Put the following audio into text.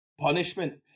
punishment